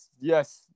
Yes